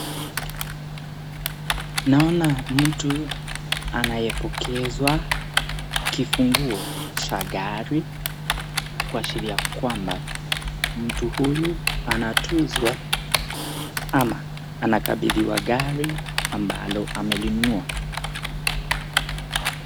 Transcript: Naona mtu anayepokezwa kifunguo cha gari kuashiria kwamba mtu huyu anatuzwa au anakabidhiwa gari ambalo amelinunua.